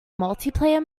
multiplayer